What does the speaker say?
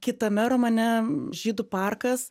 kitame romane žydų parkas